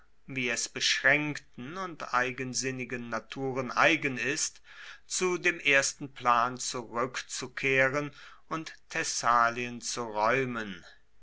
wie es beschraenkten und eigensinnigen naturen eigen ist zu dem ersten plan zurueckzukehren und thessalien zu raeumen